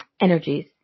energies